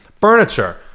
furniture